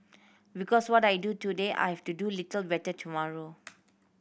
because what I do today I have to do little better tomorrow